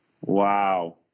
Wow